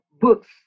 books